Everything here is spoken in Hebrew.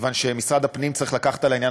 כיוון שמשרד הפנים צריך לקחת על העניין